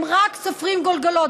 הם רק סופרים גולגולות,